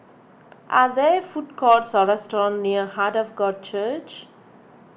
are there food courts or restaurants near Heart of God Church